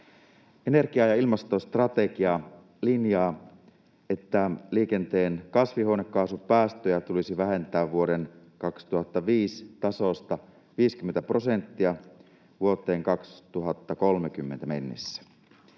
Energia- ja ilmastostrategia linjaa, että liikenteen kasvihuonekaasupäästöjä tulisi vähentää vuoden 2005 tasosta 50 prosenttia vuoteen 2030 mennessä.